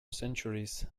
centuries